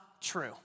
true